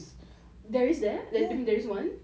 there is there I mean there is one